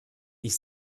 ich